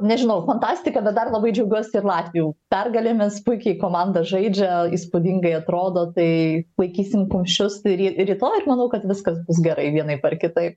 nežinau fantastika bet dar labai džiaugiuos ir latvių pergalėmis puikiai komanda žaidžia įspūdingai atrodo tai laikysim kumščius ry rytoj ir manau kad viskas bus gerai vienaip ar kitaip